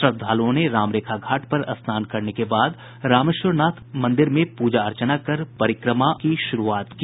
श्रद्धालुओं ने रामरेखा घाट पर स्नान करने के बाद रामेश्वरनाथ मंदिर में पूजा अर्चना कर परिक्रमा की शुरूआत की